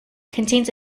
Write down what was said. contains